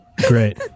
Great